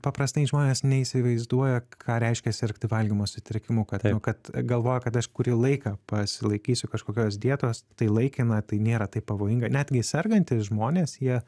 paprastai žmonės neįsivaizduoja ką reiškia sirgti valgymo sutrikimu kad tai kad galvoja kad aš kurį laiką pasilaikysiu kažkokios dietos tai laikina tai nėra taip pavojinga netgi sergantys žmonės jie